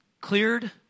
cleared